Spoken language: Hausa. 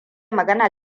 magana